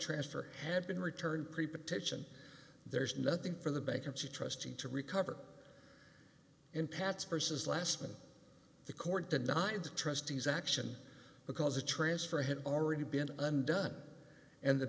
transfer had been returned pre partition there's nothing for the bankruptcy trustee to recover in patz versus last when the court denied trustees action because the transfer had already been undone and the